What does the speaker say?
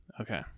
Okay